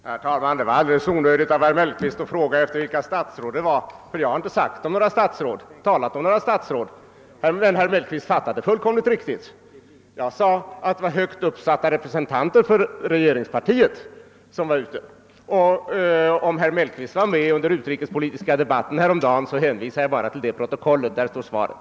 Herr talman! Det var alldeles onödigt av herr Mellqvist att fråga vilka statsråd det gällde, ty jag har inte talat om några statsråd. Men herr Mellqvist fattade det fullkomligt riktigt. Jag sade att det var högt uppsatta representanter för regeringspartiet som var ute. Om herr Mellqvist inte var närvarande vid den utrikespolitiska debatten häromdagen hänvisar jag bara till det protokollet. Där finns svaret!